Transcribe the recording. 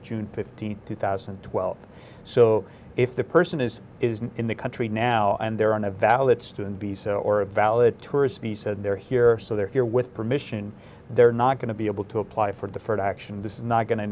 june fifteenth two thousand and twelve so if the person is in the country now and they're on a valid student visa or a valid tourist the said they're here so they're here with permission they're not going to be able to apply for the first action this is not going to